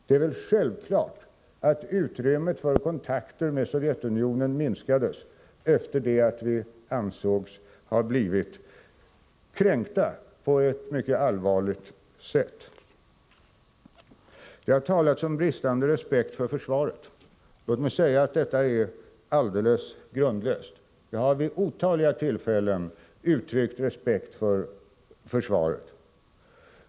Det är väl självklart att utrymmet för kontakter med Sovjetunionen minskades efter det att vi ansågs ha blivit kränkta på ett mycket allvarligt sätt. Det har talats om bristande respekt för försvaret. Låt mig säga att detta är alldeles grundlöst. Jag har vid otaliga tillfällen uttryckt respekt för försvaret.